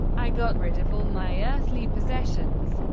i got rid of all my earthly possessions.